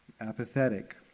apathetic